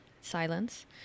silence